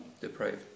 Depraved